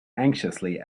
anxiously